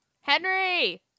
Henry